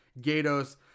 Gatos